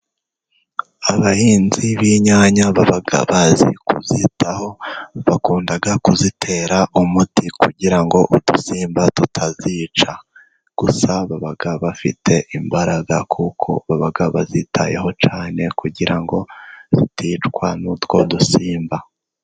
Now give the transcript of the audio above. Abahinzi b'inyanya baba bazi kuzitaho, bakunda kuzitera umuti kugira ngo udusimba tutazica. Gusa baba bafite imbaraga kuko baba bazitayeho cyane, kugira ngo ziticwa n'utwo dusimba.